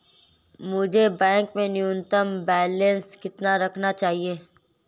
मुझे बैंक में न्यूनतम बैलेंस कितना रखना चाहिए?